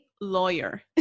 lawyer